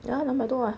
ya 两百多 [what]